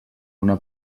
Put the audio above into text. una